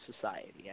society